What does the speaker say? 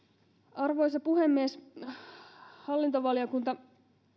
arvoisa puhemies hallintovaliokunta